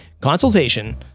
consultation